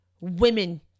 women